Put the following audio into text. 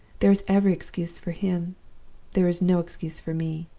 there is every excuse for him there is no excuse for me.